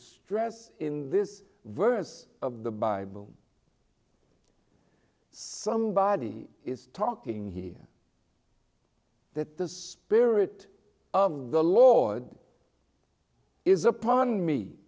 stress in this verse of the bible somebody is talking here that the spirit of the lord is upon me